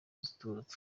utazwi